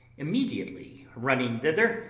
immediately running thither,